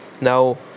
Now